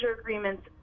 agreements